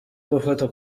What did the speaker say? gufata